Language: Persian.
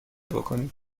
بکنید